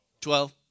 Twelve